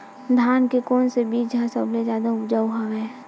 धान के कोन से बीज ह सबले जादा ऊपजाऊ हवय?